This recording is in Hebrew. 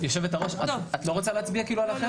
היושבת-ראש, את לא רוצה להצביע עליו עכשיו?